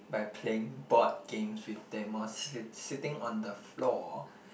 by playing board games with them while sit sitting on the floor